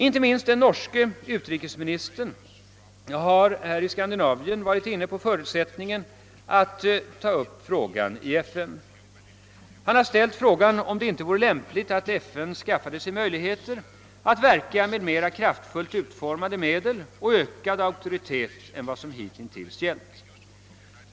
Inte minst har den norske utrikesministern här i Skandinavien diskuterat förutsättningen att ta upp frågan till behandling i FN. Han har frågat om det inte vore lämpligt att FN skaffade sig möjligheter att verka med mer kraftfullt utformade medel och ökad auktoritet än vad som hittills varit fallet.